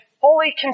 fully